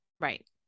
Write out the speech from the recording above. right